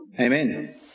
Amen